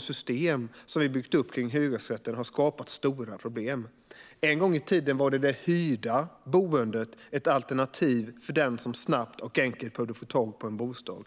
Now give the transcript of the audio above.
system som vi byggt upp kring hyresrätten har skapat stora problem. En gång i tiden var det hyrda boendet ett alternativ för den som snabbt och enkelt behövde få tag på en bostad.